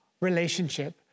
relationship